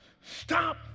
Stop